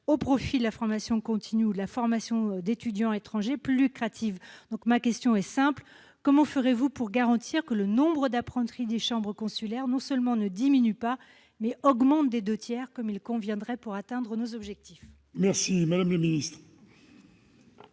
au profit de la formation continue ou de la formation d'étudiants étrangers, plus lucratives. Ma question est simple : comment ferez-vous pour garantir que le nombre d'apprentis des chambres consulaires non seulement ne diminue pas, mais augmente de deux tiers comme il conviendrait pour atteindre nos objectifs ? La parole est à Mme la ministre.